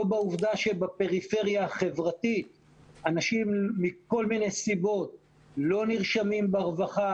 לא בעובדה שבפריפריה החברתית אנשים מכל מיני סיבות לא נרשמים ברווחה,